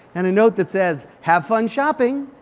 and a note that says have fun shopping!